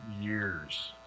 years